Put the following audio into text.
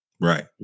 right